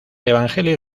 evangelio